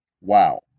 wow